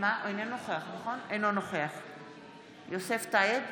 אינו נוכח יוסף טייב,